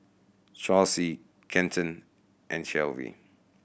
Chauncey Kenton and Clevie